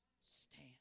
stand